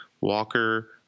Walker